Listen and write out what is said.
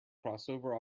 crossover